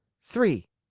three!